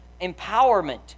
empowerment